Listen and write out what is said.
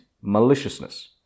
maliciousness